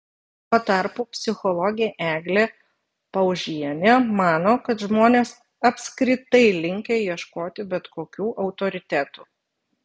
tuo tarpu psichologė eglė paužienė mano kad žmonės apskritai linkę ieškoti bet kokių autoritetų